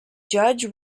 judge